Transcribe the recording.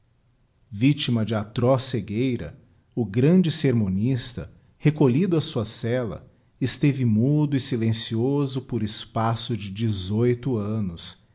victima de atroz cegueira o grande sermonista recolhido a sua cella esteve mudo e silencioso por espaço de dezoito annos